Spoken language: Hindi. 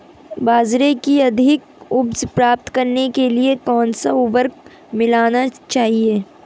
बाजरे की अधिक उपज प्राप्त करने के लिए कौनसा उर्वरक मिलाना चाहिए?